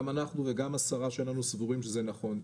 גם אנחנו וגם השרה שלנו סבורים שזה נכון,